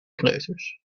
kleuters